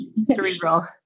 cerebral